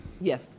Yes